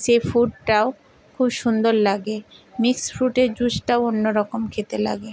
সেই ফুটটাও খুব সুন্দর লাগে মিক্সড ফ্রুটের জুসটাও অন্য রকম খেতে লাগে